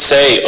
Say